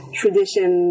tradition